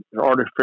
artificial